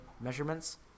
measurements